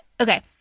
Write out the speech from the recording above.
okay